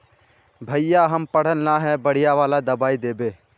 भैया हम पढ़ल न है बढ़िया वाला दबाइ देबे?